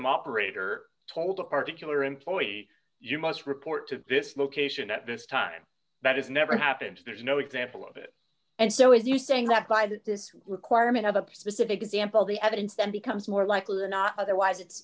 system operator told a particularly employee you must report to this location at this time that is never happens there's no example of it and so if you think that by that this requirement of a specific example the evidence then becomes more likely than not otherwise it's